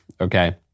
Okay